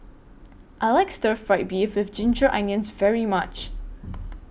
I like Stir Fried Beef with Ginger Onions very much